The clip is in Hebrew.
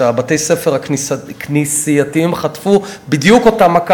שבתי-הספר הכנסייתיים חטפו בדיוק אותה מכה,